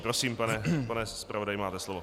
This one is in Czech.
Prosím, pane zpravodaji, máte slovo.